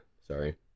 sorry